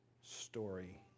story